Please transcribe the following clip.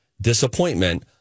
disappointment